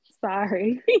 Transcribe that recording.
sorry